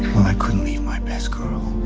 i couldn't leave my best girl